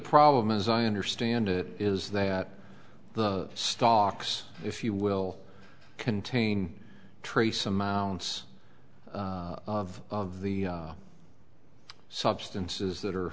problem as i understand it is that the stocks if you will contain trace amounts of the substances that are